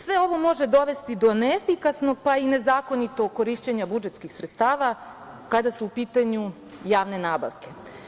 Sve ovo može dovesti do neefikasnost, pa i nezakonitog korišćenja budžetskih sredstava kada su u pitanju javne nabavke.